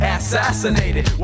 assassinated